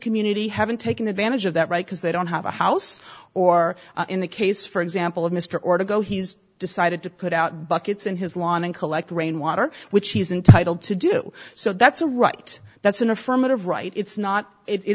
community haven't taken advantage of that right because they don't have a house or in the case for example of mr or to go he's decided to put out buckets in his lawn and collect rainwater which he's entitled to do so that's a right that's an affirmative right it's not it i